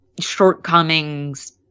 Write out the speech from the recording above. Shortcomings